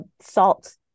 salt